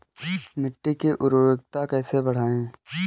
मिट्टी की उर्वरता कैसे बढ़ाएँ?